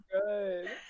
good